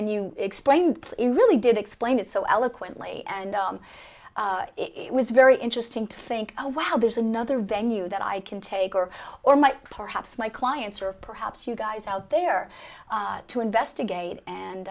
and you explained it really did explain it so eloquently and it was very interesting to think oh wow there's another venue that i can take or or might perhaps my clients or perhaps you guys out there to investigate